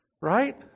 right